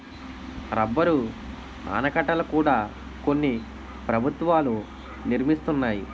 rubber ఆనకట్టల కూడా కొన్ని ప్రభుత్వాలు నిర్మిస్తున్నాయి